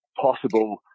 possible